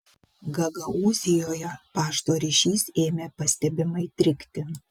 gagaūzijoje pašto ryšys ėmė pastebimai trikti